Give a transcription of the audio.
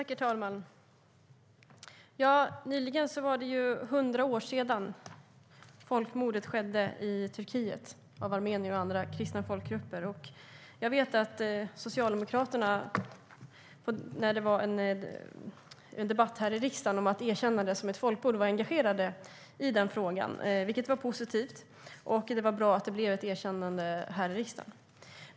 Herr talman! Nyligen var det 100 år sedan folkmordet på armenier och andra kristna folkgrupper skedde i Turkiet. När det var debatt här i riksdagen om att erkänna detta som ett folkmord vet jag att Socialdemokraterna var engagerade i frågan, vilket var positivt. Det var bra att det blev ett erkännande här i riksdagen.